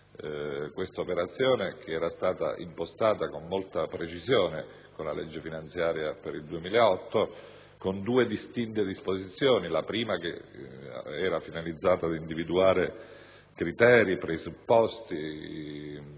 questa operazione che era stata impostata con molta precisione nella legge finanziaria per il 2008 con due distinte disposizioni, la prima delle quali finalizzata ad individuare criteri, presupposti,